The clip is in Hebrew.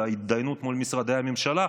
בהתדיינות מול משרדי הממשלה,